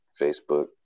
Facebook